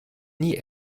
nie